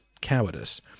cowardice